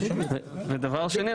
ודבר שני,